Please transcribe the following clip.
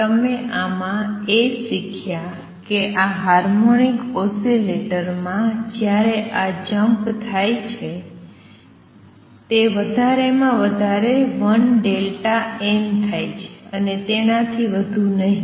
તમે આમાં એ શીખ્યા કે આ હાર્મોનિક ઓસિલેટર માં જ્યારે આ જમ્પ થાય છે તે વધારે માં વધારે 1∆n થાય છે અને તેનાથી વધુ નહીં